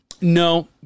No